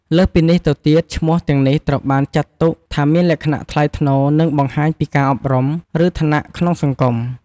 លើសពីនេះទៅទៀតឈ្មោះទាំងនេះត្រូវបានចាត់ទុកថាមានលក្ខណៈថ្លៃថ្នូរ និងបង្ហាញពីការអប់រំ ឬឋានៈក្នុងសង្គម។